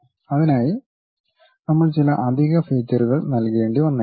അതിനായി നമ്മൾ ചില അധിക ഫീച്ചർകൾ നൽകേണ്ടി വന്നേക്കാം